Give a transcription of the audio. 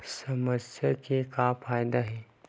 समस्या के का फ़ायदा हे?